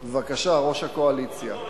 בבקשה, ראש הקואליציה.